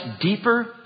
deeper